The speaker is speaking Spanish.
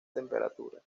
temperatura